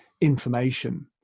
information